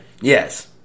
Yes